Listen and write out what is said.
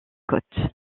côtes